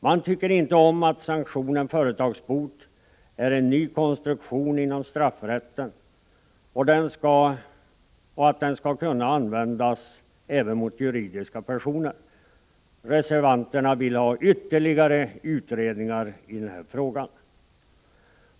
Man tycker inte om att sanktionen företagsbot är en ny konstruktion inom straffrätten och att den skall kunna användas även mot juridiska personer. Reservanterna vill ha ytterligare utredningar i frågan.